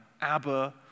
Abba